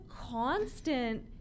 constant